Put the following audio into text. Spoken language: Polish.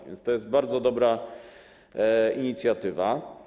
A więc to jest bardzo dobra inicjatywa.